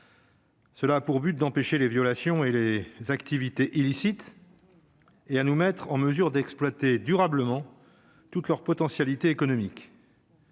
Cela a pour but d'empêcher les violations et les activités illicites et à nous mettre en mesure d'exploiter durablement toutes leurs potentialités économiques.